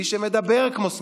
מי שמדבר כמו שמאל,